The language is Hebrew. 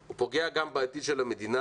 הוא פוגע גם בעתיד של המדינה,